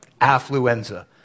Affluenza